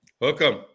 Welcome